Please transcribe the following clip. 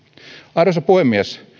arvoisa puhemies